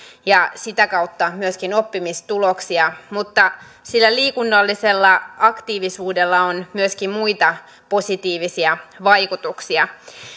ja sitä kautta myöskin oppimistuloksia mutta sillä liikunnallisella aktiivisuudella on myöskin muita positiivisia vaikutuksia